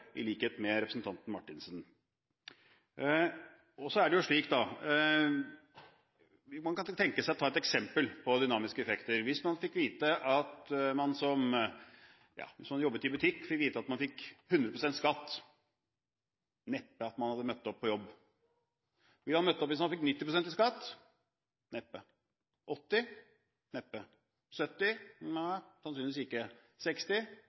i likhet med representanten Marthinsen. Man kan tenke seg å ta et eksempel på dynamiske effekter. Hvis en som jobbet i butikk, fikk vite at man fikk 100 pst. skatt, hadde man neppe møtt opp på jobb. Ville man møtt opp hvis man fikk 90 pst. i skatt? Neppe. 80 pst.? Neppe. 70 pst.? Nei, sannsynligvis ikke. 60